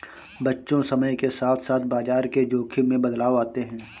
बच्चों समय के साथ साथ बाजार के जोख़िम में बदलाव आते हैं